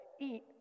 eat